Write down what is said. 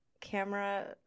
camera